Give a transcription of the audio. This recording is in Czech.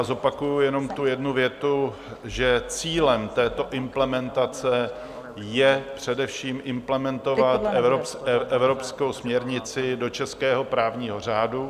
Zopakuji jenom tu jednu větu, že cílem této implementace je především implementovat evropskou směrnici do českého právního řádu.